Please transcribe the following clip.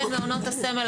בין מעונות הסמל,